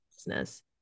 business